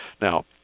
Now